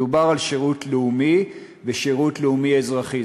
מדובר על שירות לאומי ושירות לאומי אזרחי.